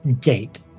gate